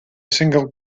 single